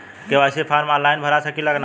KYC form online भरा सकला की ना?